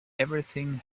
everything